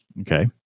Okay